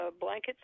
blankets